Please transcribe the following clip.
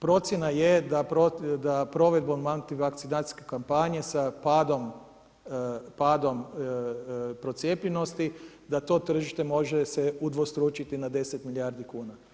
Procjena je da provedbom antivakcinacijske kampanje sa padom procijepljenosti da to tržište može se udvostručiti na 10 milijardi kuna.